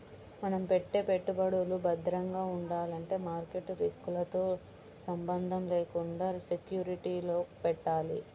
మనం పెట్టే పెట్టుబడులు భద్రంగా ఉండాలంటే మార్కెట్ రిస్కులతో సంబంధం లేకుండా సెక్యూరిటీలలో పెట్టాలి